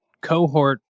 cohort